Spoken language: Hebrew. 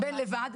בין לבד,